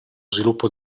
sviluppo